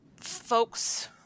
folks